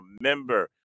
Remember